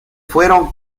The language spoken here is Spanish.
fueron